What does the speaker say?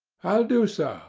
i'll do so,